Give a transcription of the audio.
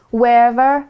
wherever